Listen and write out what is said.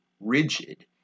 rigid